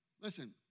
Listen